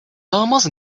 almost